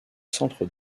centre